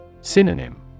Synonym